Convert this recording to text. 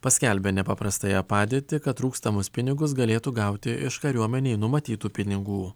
paskelbė nepaprastąją padėtį kad trūkstamus pinigus galėtų gauti iš kariuomenei numatytų pinigų